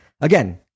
Again